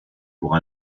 pour